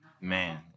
man